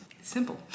Simple